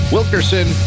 Wilkerson